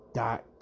dot